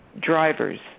drivers